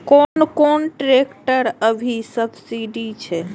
कोन कोन ट्रेक्टर अभी सब्सीडी छै?